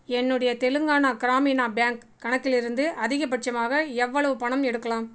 என்னுடைய தெலுங்கானா கிராமினா பேங்க் கணக்கிலிருந்து அதிகபட்சமாக எவ்வளவு பணம் எடுக்லாம்